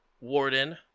warden